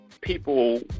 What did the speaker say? people